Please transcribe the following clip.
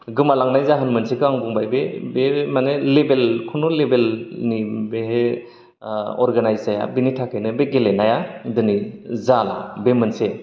गोमालांनाय जाहोन मोनसेखौ आं बुंबाय बे बे माने लेभेल खुनु लेभेल नि बे ओ अरगानाइज जाया बेनि थाखायनो बे गेलेनाया दोनै जाला बे मोनसे